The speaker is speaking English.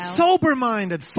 sober-minded